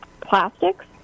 plastics